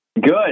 Good